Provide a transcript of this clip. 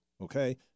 okay